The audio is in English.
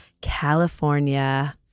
California